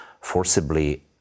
forcibly